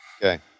Okay